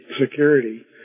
security